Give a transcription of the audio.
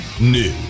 New